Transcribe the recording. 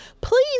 please